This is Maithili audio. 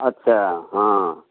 अच्छा हँ